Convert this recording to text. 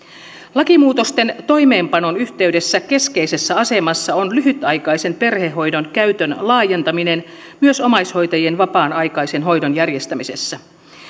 lakimuutosten toimeenpanon yhteydessä keskeisessä asemassa on lyhytaikaisen perhehoidon käytön laajentaminen myös omaishoitajien vapaan aikaisen hoidon järjestämisessä